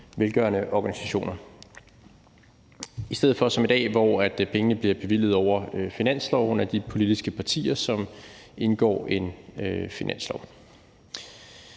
velgørende organisationer. Det skal træde i stedet for det, man gør i dag, hvor pengene bliver bevilget over finansloven af de politiske partier, som indgår en finanslov.